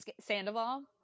Sandoval